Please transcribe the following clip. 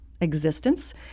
existence